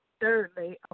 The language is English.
thirdly